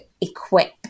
equip